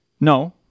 No